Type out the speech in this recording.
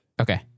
Okay